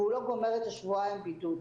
והוא לא גומר את שבועיים הבידוד.